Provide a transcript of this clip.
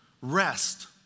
Rest